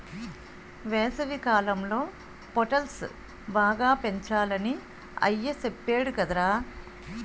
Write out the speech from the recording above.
వేసవికాలంలో పొటల్స్ బాగా పెంచాలని అయ్య సెప్పేడు కదరా